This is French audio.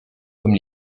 comme